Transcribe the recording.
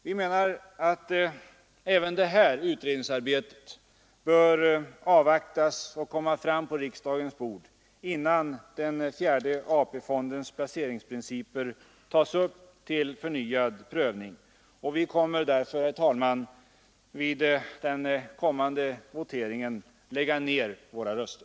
Vi menar att även det här utredningsarbetet bör avvaktas och resultatet komma på riksdagens bord innan den fjärde AP-fondens placeringsprinciper tas upp till förnyad prövning, och vi kommer därför, herr talman, att vid voteringen lägga ner våra röster.